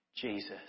Jesus